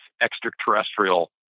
extraterrestrial